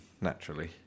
naturally